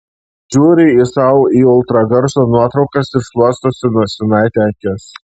žiūri sau į ultragarso nuotraukas ir šluostosi nosinaite akis